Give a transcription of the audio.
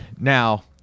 Now